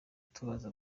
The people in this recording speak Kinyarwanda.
tubaza